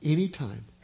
Anytime